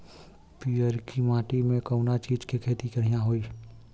पियरकी माटी मे कउना चीज़ के खेती बढ़ियां होई?